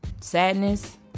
Sadness